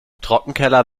trockenkeller